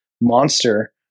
monster